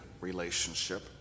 relationship